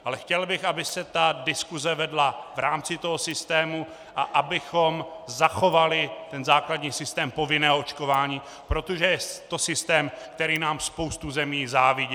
Ale chtěl bych, aby se diskuse vedla v rámci toho systému a abychom zachovali základní systém povinného očkování, protože je to systém, který nám spousta zemí závidí.